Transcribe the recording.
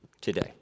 today